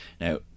Now